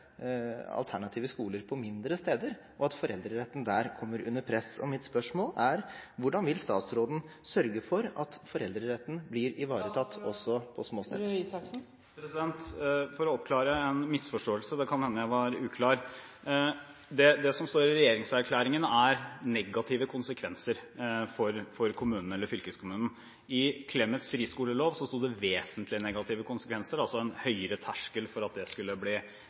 alternative skoler på mindre steder, og at foreldretten der kommer under press. Mitt spørsmål er: Hvordan vil statsråden sørge for at foreldreretten blir ivaretatt også på små steder? For å oppklare en misforståelse, det kan hende jeg var uklar: Det som står i regjeringserklæringen, er «negative konsekvenser» for kommunen eller fylkeskommunen. Tidligere, med bakgrunn i Clemets friskolelov, sto det «vesentlige negative konsekvenser», altså en høyere terskel for at det skulle bli